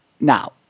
Now